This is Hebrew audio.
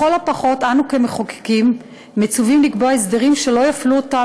לכל הפחות אנו כמחוקקים מצווים לקבוע הסדרים שלא יפלו אותם